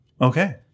okay